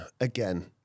again